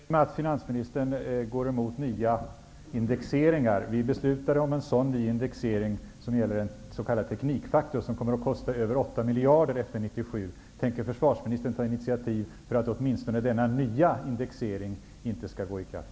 Fru talman! Det gläder mig att finansministern går emot nya indexeringar. Vi beslutade tidigare om en sådan ny indexering som gäller den s.k. teknikfaktorn. Den kommer att kosta över 8 miljarder kronor efter 1997. Tänker försvarsministern ta initiativ för att åtminstone denna nya indexering inte skall träda i kraft?